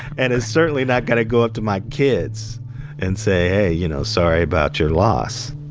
and is certainly not gonna go up to my kids and say, hey, you know, sorry about your loss.